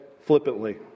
flippantly